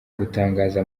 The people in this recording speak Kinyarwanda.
gutangaza